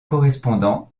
correspondant